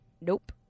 nope